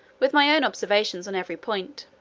with my own observations on every point.